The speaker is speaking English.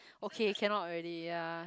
okay cannot already ya